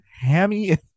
hammy